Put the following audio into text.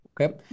Okay